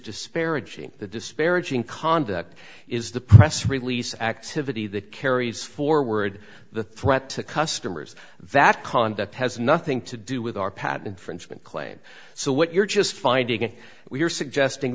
disparaging the disparaging conduct is the press release activity that carries forward the threat to customers that conduct has nothing to do with our patent frenchmen claim so what you're just finding we are suggesting